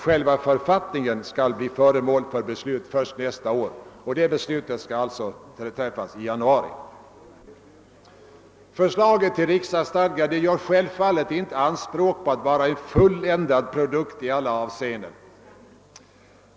Själva författningen skall bli föremål för beslut först nästa år.> Det beslutet skall alltså fattas i januari. Förslaget till riksdagsstadga gör självfallet inte anspråk på att vara en i alla avseenden fulländad produkt.